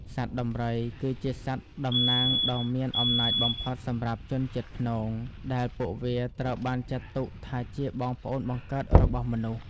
សត្វដំរី គឺជាសត្វតំណាងដ៏មានអំណាចបំផុតសម្រាប់ជនជាតិព្នង ដែលពួកវាត្រូវបានចាត់ទុកថាជាបងប្អូនបង្កើតរបស់មនុស្ស។